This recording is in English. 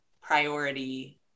priority